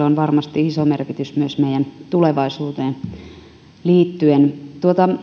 on varmasti iso merkitys myös meidän tulevaisuuteemme liittyen